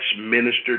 minister